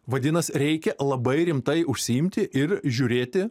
vadinas reikia labai rimtai užsiimti ir žiūrėti